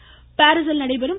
tennis பாரிஸில் நடைபெறும்